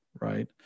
right